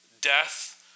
death